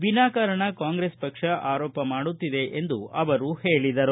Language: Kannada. ವಿನಾ ಕಾರಣ ಕಾಂಗ್ರೆಸ್ ಪಕ್ಷ ಆರೋಪ ಮಾಡುತ್ತಿದೆ ಎಂದು ಅವರು ಹೇಳಿದರು